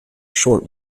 short